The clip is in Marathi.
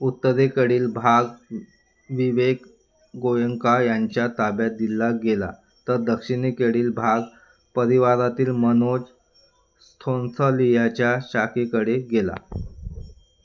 उत्तरेकडील भाग विवेक गोएंका यांच्या ताब्यात दिला गेला तर दक्षिणेकडील भाग परिवारातील मनोज सोंथालियांच्या शाखेकडे गेला